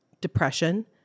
depression